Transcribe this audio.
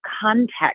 context